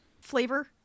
flavor